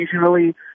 occasionally